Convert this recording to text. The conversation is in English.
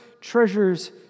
treasures